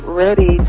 ready